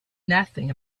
nothing